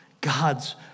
God's